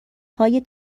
های